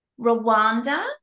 Rwanda